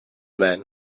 man